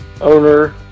owner